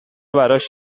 براش